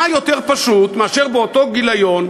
מה יותר פשוט מאשר באותו גיליון,